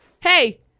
hey